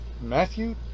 Matthew